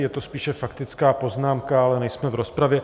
Je to spíše faktická poznámka, ale nejsme v rozpravě.